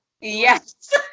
Yes